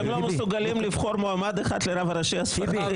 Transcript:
אתם לא מסוגלים לבחור מועמד אחד לרב הראשי הספרדי,